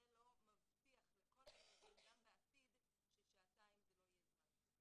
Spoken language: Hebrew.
זה לא מבטיח לכל הילדים גם בעתיד ששעתיים זה לא יהיה זמן סביר.